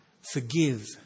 forgive